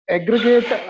Aggregate